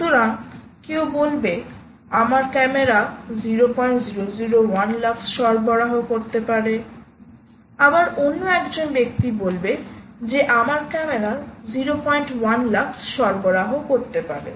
সুতরাংকেউ বলবে আমার camera 0001 lux সরবরাহ করতে পারে আবার অন্য একজন ব্যক্তি বলবে যে আমার ক্যামেরা 01 লাক্স সরবরাহ করতে পারে